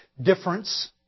difference